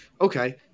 Okay